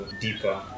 deeper